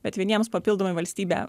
bet vieniems papildomai valstybė